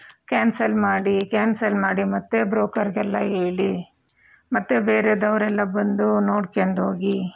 cancel ಮಾಡಿ cancel ಮಾಡಿ ಮತ್ತೆ ಬ್ರೋಕರ್ಗೆಲ್ಲ ಹೇಳಿ ಮತ್ತೆ ಬೇರೆಯವರೆಲ್ಲ ಬಂದು ನೋಡ್ಕೊಂಡು ಹೋಗಿ